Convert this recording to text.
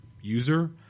user